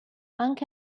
anche